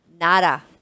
Nada